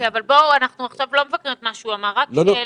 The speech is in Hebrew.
רק שאלה, אנחנו לא מבקרים את מה שהוא אמר עכשיו.